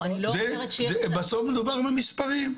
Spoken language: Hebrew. בסוף מדובר במספרים.